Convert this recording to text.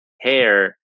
hair